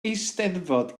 eisteddfod